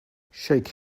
shake